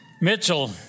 Mitchell